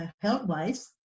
health-wise